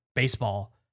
Baseball